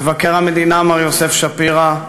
מבקר המדינה מר יוסף שפירא,